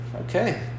okay